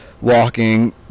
walking